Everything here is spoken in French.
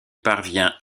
parvient